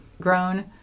grown